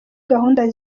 gahunda